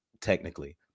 technically